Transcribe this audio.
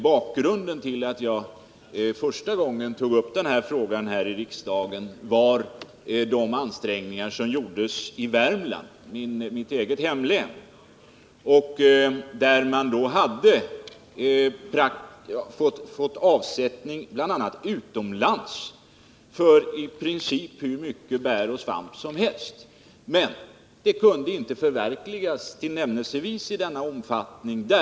Bakgrunden till att jag första gången tog upp denna fråga i riksdagen var de ansträngningar som gjordes i Värmland, mitt eget hemlän. Där hade man då fått avsättning, bl.a. utomlands, för i princip hur mycket bär och svamp som helst. Men planerna kunde inte förverkligas i tillnärmelsevis denna omfattning.